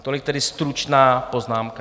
Tolik tedy stručná poznámka.